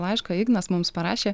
laišką ignas mums parašė